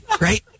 Right